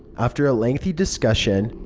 after a lengthy discussion,